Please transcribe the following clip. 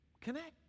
Connect